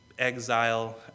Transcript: Exile